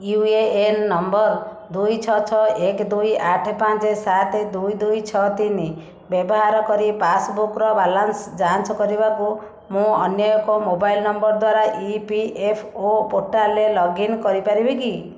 you A N number ଦୁଇ ଛଅ ଛଅ ଏକେ ଦୁଇ ଆଠେ ପାଞ୍ଚେ ସାତ ଦୁଇ ଦୁଇ ଛଅ ତିନି ବ୍ୟବହାର କରି ପାସ୍ବୁକ୍ର ବାଲାନ୍ସ ଯାଞ୍ଚ କରିବାକୁ ମୁଁ ଅନ୍ୟ ଏକ ମୋବାଇଲ୍ ନମ୍ବର ଦ୍ଵାରା ଇ ପି ଏଫ୍ ଓ ପୋର୍ଟାଲ୍ରେ ଲଗ୍ଇନ୍ କରିପାରିବି କି